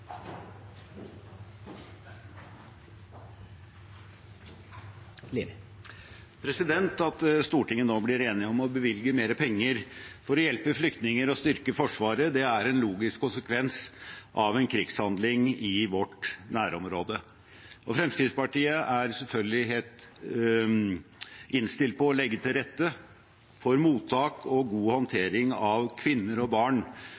en logisk konsekvens av en krigshandling i vårt nærområde. Og Fremskrittspartiet er selvfølgelig helt innstilt på å legge til rette for mottak og god håndtering av kvinner og barn